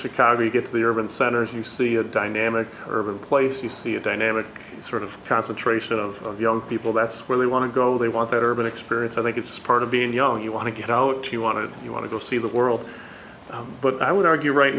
chicago you get to the urban centers you see a dynamic urban place you see a dynamic sort of concentration of young people that's where they want to go they want that urban experience i think it's part of being young you want to get out to want to you want to go see the world but i would argue right